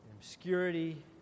obscurity